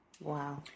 Wow